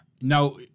Now